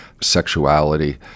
sexuality